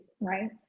Right